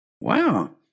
Wow